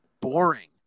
boring